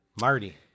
Marty